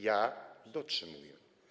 Ja dotrzymuję.